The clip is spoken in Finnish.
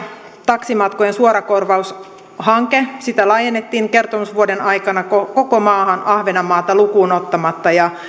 taksimatkojen suorakorvaushanke sitä laajennettiin kertomusvuoden aikana koko koko maahan ahvenanmaata lukuun ottamatta ja